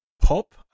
pop